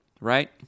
Right